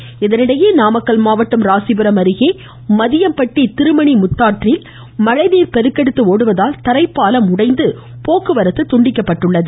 நாமக்கல் மழை இந்நிலையில் நாமக்கல் மாவட்டம் ராசிபுரம் அருகே மதியம்பட்டி திருமணிமுத்தாறில் மழைநீர் பெருக்கெடுத்தோடுவதால் தரைப்பாலம் உடைந்து போக்குவரத்து துண்டிக்கப்பட்டுள்ளது